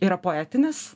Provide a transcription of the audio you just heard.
yra poetinis